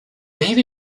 gave